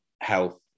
health